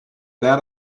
that